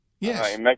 Yes